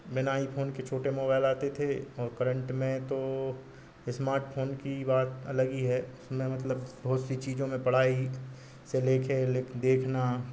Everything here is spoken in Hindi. बिना आईफोन के छोटे मोबाईल आते थे और करेंट में तो इस्मार्टफोन की बात अलग ही है उसमें मतलब बहुत सी चीज़ों में पढ़ाई से लेकर ले देखना